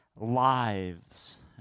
lives